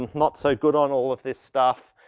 not so good on all of this stuff,